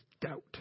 doubt